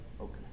okay